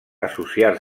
associar